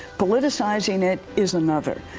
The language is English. politicizing it is another.